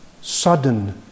Sudden